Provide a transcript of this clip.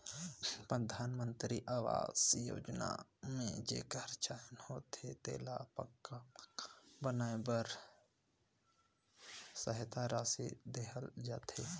परधानमंतरी अवास योजना में जेकर चयन होथे तेला पक्का मकान बनाए बर सहेता रासि देहल जाथे